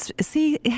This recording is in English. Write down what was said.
see